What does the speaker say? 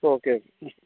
okay